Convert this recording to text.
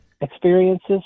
experiences